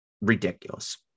ridiculous